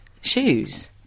shoes